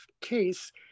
case